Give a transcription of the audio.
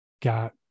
got